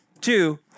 Two